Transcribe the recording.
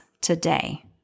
today